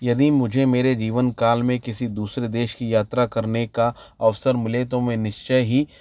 यदि मुझे मेरे जीवन काल में किसी दूसरे देश की यात्रा करने का अवसर मिले तो मैं निश्चय ही